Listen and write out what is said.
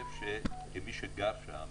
כמי שגר שם